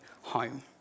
home